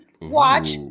watch